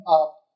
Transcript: up